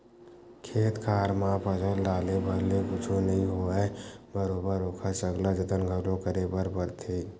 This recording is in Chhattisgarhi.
खेत खार म फसल डाले भर ले कुछु नइ होवय बरोबर ओखर सकला जतन घलो करे बर परथे